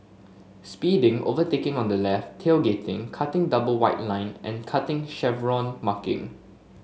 speeding overtaking on the left tailgating cutting double white line and cutting Chevron marking